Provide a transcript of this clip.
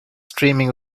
streaming